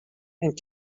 and